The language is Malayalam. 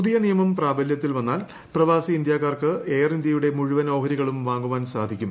പുതിയ നിയമം പ്രാബല്യത്തിൽ വന്നാൽ പ്രവാസി ഇന്ത്യാക്കാർക്ക് എയർ ഇന്ത്യയുടെ മുഴുവൻ ഓഹരികളും വാങ്ങുവാൻ സാധിക്കും